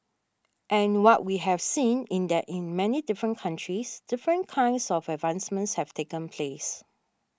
and what we had seen is that in many different countries different kinds of advancements have taken place